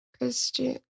Christian